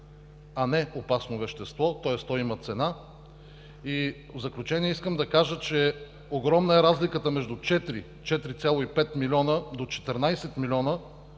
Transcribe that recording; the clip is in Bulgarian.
а не опасно вещество, тоест той има цена. В заключение искам да кажа, че огромна е разликата между 4-4,5 милиона до 14 милиона